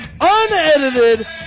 unedited